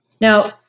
Now